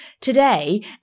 Today